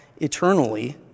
eternally